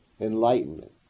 enlightenment